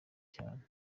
cyane